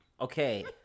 Okay